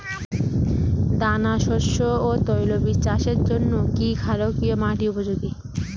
দানাশস্য ও তৈলবীজ চাষের জন্য কি ক্ষারকীয় মাটি উপযোগী?